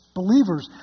believers